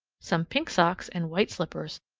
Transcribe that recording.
some pink socks and white slippers,